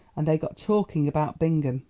and they got talking about bingham,